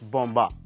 Bomba